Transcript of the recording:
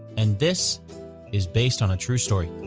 and this is based on a true story.